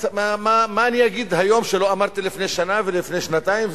מה אני אגיד היום שלא אמרתי לפני שנה ולפני שנתיים,